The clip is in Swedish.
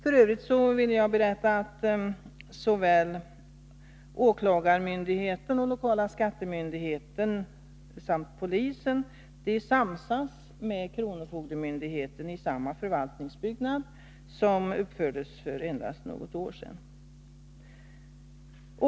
F. ö. vill jag berätta att såväl åklagarmyndigheten som lokala skattemyndigheten samt polisen samsas med kronofogdemyndigheten om samma förvaltningsbyggnad, vilken uppfördes för endast något år sedan.